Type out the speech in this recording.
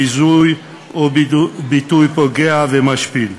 ביזוי או ביטוי פוגע ומשפיל.